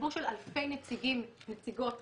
לציבור של אלפי נציגים ונציגות רפואיות,